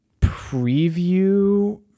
preview